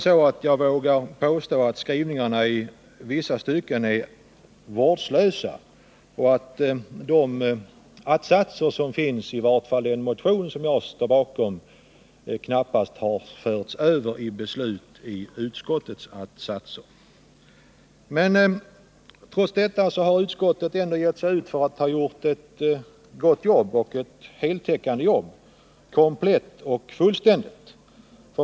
så att jag vågar påstå att utskottets skrivning i vissa stycken är vårdslös och att de båda yrkanden som i vart fall finns i den motion som bl.a. jag står bakom knappast har förts över i utskottets hemställan. Trots det har utskottet gett sig ut för att ha gjort ett gott och heltäckande jobb, komplett och fullständigt.